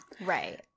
Right